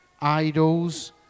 idols